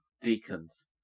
deacons